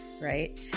right